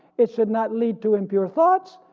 it should not lead to impure thoughts,